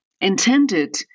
intended